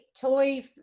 toy